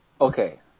Okay